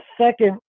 second